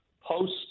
post—